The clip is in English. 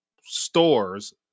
stores